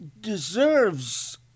deserves